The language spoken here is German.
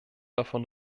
davon